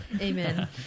Amen